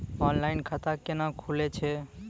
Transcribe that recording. Online खाता केना खुलै छै?